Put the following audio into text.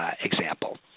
example